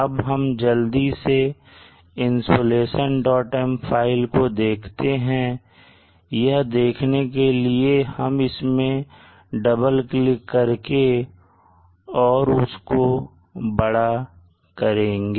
अब हम जल्दी से insolationm फाइल को देखते हैं यह देखने के लिए हम इसमें डबल क्लिक करेंगे और उसको बड़ा करेंगे